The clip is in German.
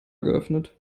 geöffnet